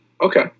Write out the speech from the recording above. okay